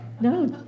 No